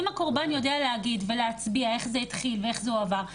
אם הקורבן יודע להגיד ולהצביע איך זה התחיל ואיך זה הועבר,